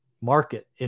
market